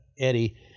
Eddie